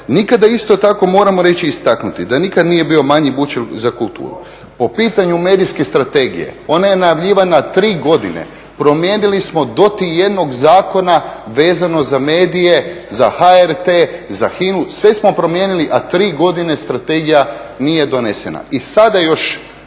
Nikada, isto tako moram reći i istaknuti da nikad nije bio manji … za kulturu. Po pitanju medijske strategije, ona je najavljivana 3 godine, promijenili smo … i jednog zakona vezano za medije, za HRT, za …, sve smo promijenili, a 3 godine strategija nije donesena. I sada još